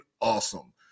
awesome